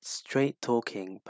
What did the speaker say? straight-talking